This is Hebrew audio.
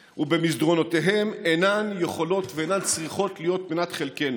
ובמסדרונותיהם אינן יכולות ואינן צריכות להיות מנת חלקנו.